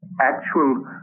actual